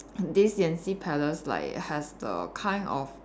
this Yanxi palace like has the kind of